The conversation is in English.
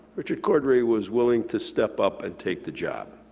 richard cordray was willing to step up and take the job.